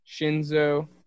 Shinzo